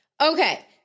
Okay